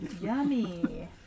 Yummy